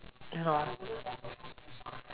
!hannor!